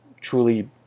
truly